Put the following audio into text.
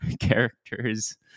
characters